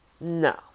No